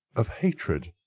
of hatred,